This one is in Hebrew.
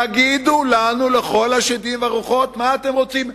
תגידו לנו לכל השדים והרוחות מה אתם רוצים,